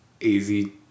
easy